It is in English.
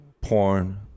porn